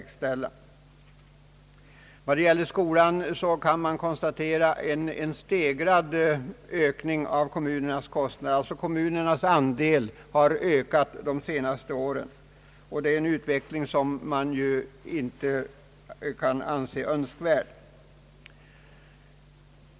Kommunernas andel av exempelvis skolkostnaderna har ökat under de senaste åren, och det är en utveckling som man inte kan anse önskvärd.